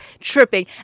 tripping